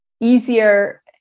easier